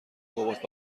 بابات